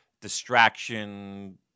distraction